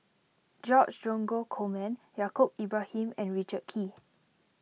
George Dromgold Coleman Yaacob Ibrahim and Richard Kee